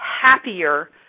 happier